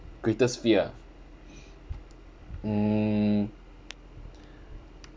greatest fear ah mm